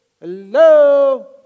Hello